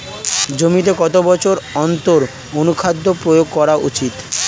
জমিতে কত বছর অন্তর অনুখাদ্য প্রয়োগ করা উচিৎ?